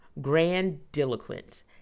Grandiloquent